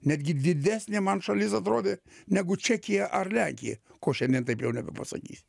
netgi didesnė man šalis atrodė negu čekija ar lenkija ko šiandien taip jau nebepasakysi